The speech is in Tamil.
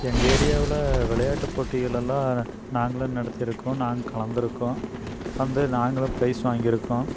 எங்கள் ஏரியாவில் விளையாட்டு போட்டிகள் எல்லாம் நாங்களும் நடத்தியிருக்கோம் நாங்கள் கலந்துருக்கோம் கலந்து நாங்களும் பிரைஸ் வாங்கியிருக்கோம்